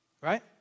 right